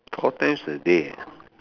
four times a day ah